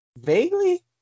Vaguely